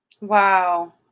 Wow